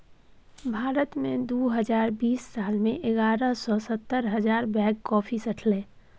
भारत मे दु हजार बीस साल मे एगारह सय सत्तर हजार बैग कॉफी सठलै